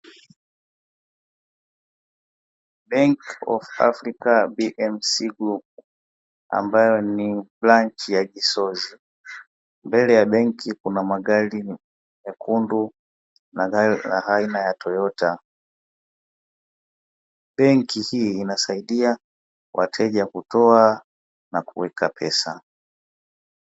Benk of africa bmc book ambayo ni branchi ya kisoshi mbele ya benki kuna magari yakundu na gari aina ya toyota benki hii inasaidia wateja kutoa na kuweka pesa.